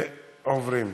אנחנו